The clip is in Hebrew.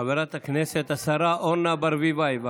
חברת הכנסת, השרה אורנה ברביבאי, בבקשה.